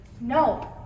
No